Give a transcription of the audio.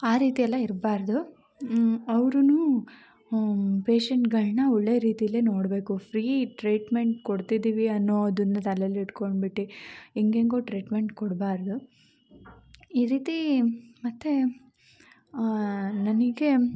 ಆ ರೀತಿಯೆಲ್ಲ ಇರಬಾರದು ಅವ್ರು ಪೇಶೆಂಟ್ಗಳನ್ನ ಒಳ್ಳೆ ರೀತಿಲೆ ನೋಡಬೇಕು ಫ್ರೀ ಟ್ರೀಟ್ಮೆಂಟ್ ಕೊಡ್ತಿದೀವಿ ಅನ್ನೋದನ್ನ ತಲೇಲಿ ಇಟ್ಕೊಂಬಿಟ್ಟು ಹೆಂಗೆಂಗೋ ಟ್ರೀಟ್ಮೆಂಟ್ ಕೊಡಬಾರ್ದು ಈ ರೀತಿ ಮತ್ತು ನನಗೆ